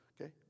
Okay